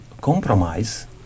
compromise